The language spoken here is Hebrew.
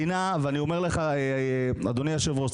אדוני היושב-ראש,